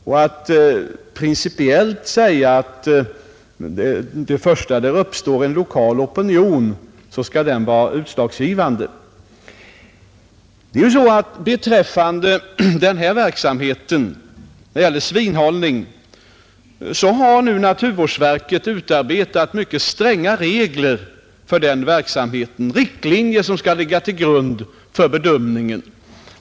Man kan inte principiellt säga att så fort det uppstår en lokal opinion skall den vara utslagsgivande. Beträffande denna verksamhet, svinhållning, har naturvårdsverket utarbetat mycket stränga riktlinjer, som skall ligga till grund för bedömningen.